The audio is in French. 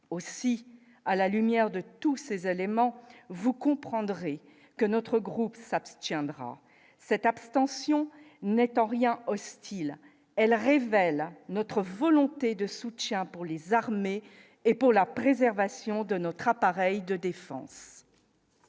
aussi à la lumière de tous ces éléments, vous comprendrez que notre groupe s'abstiendra cette abstention n'est en rien hostile, elle révèle notre volonté de soutien pour les armées, et pour la préservation de notre appareil de défense.